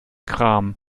kram